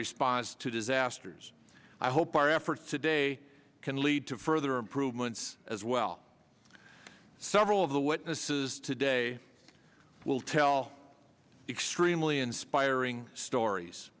response to disasters i hope our efforts today can lead to further improvements as well several of the witnesses today will tell extremely inspiring stories